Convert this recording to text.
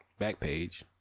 Backpage